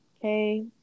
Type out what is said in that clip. Okay